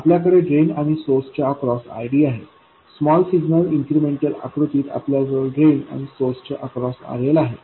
आपल्याकडे ड्रेन आणि सोर्स च्या अक्रॉस RDआहे स्मॉल सिग्नल इन्क्रिमेंटल आकृतीत आपल्या जवळ ड्रेन आणि सोर्स च्या अक्रॉस RLआहे